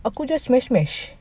aku just smash smash